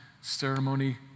ceremony